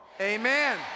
Amen